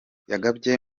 yagabye